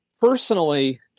personally